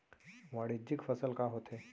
वाणिज्यिक फसल का होथे?